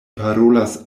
parolas